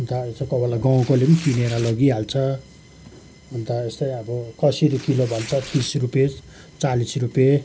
अन्त यसो कोही बेला गाउँकोले पनि किनेर लगिहाल्छ अन्त यस्तै अब कसरी किलो भन्छ तिस रुपियाँ चालिस रुपियाँ